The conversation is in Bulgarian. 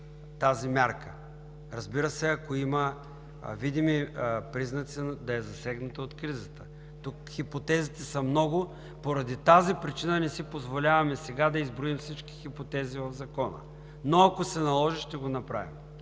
тази мярка, разбира се, ако има видими признаци да е засегната от кризата. Тук хипотезите са много. Поради тази причина не си позволяваме сега да изброим всички хипотези в Закона, но ако се наложи, ще го направим.